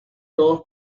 todos